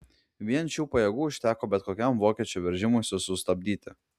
vien šių pajėgų užteko bet kokiam vokiečių veržimuisi sustabdyti